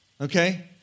Okay